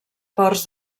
ports